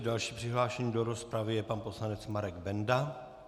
Dalším přihlášeným do rozpravy je pan poslanec Marek Benda.